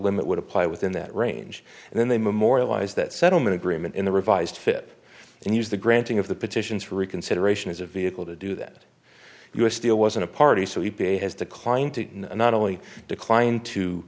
limit would apply within that range and then they memorialize that settlement agreement in the revised fip and use the granting of the petitions for reconsideration as a vehicle to do that u s steel was in a party so he has declined to not only decline to